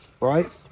right